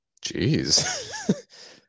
Jeez